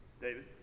David